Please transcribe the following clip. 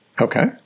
Okay